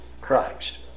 Christ